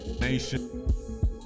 nation